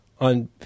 on